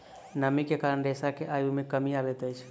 नमी के कारण रेशा के आयु मे कमी अबैत अछि